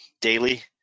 daily